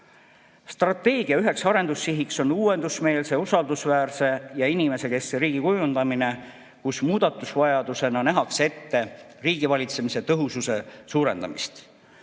Strateegia üks arendussiht on uuendusmeelse, usaldusväärse ja inimesekeskse riigi kujundamine, kus muudatusvajadusena nähakse ette riigivalitsemise tõhususe suurendamist.